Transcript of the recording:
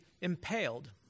impaled